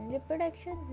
Reproduction